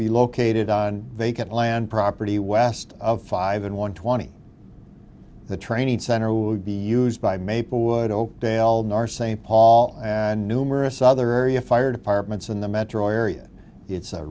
be located on vacant land property west of five n one twenty the training center would be used by maplewood oakdale nar st paul and numerous other area fire departments in the metro area it's a